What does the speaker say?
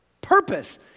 purpose